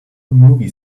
movie